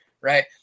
Right